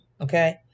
okay